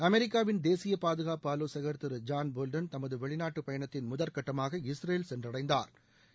அமெிக்காவின் தேசிய பாதுகாப்பு ஆவோசகர் திரு ஜான் போல்டன் தமது வெளிநாட்டு பயணத்தை முதல்கட்டமாக இஸ்ரேல் சென்றடைந்தாா்